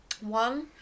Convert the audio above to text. one